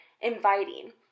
inviting